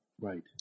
Right